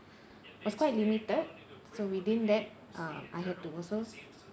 was quite limited so within that um I had to also